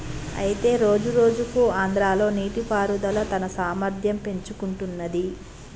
అయితే రోజురోజుకు ఆంధ్రాలో నీటిపారుదల తన సామర్థ్యం పెంచుకుంటున్నది